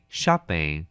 shopping